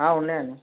ఉన్నాయండి